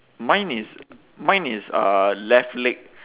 mine is mine is uh left leg